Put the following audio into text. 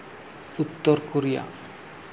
Uttar Korea